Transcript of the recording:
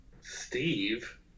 Steve